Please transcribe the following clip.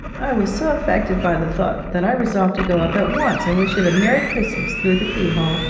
i was so affected by the thought that i resolved to go up at once and wish it a merry christmas through the keyhole,